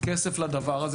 כסף לדבר הזה,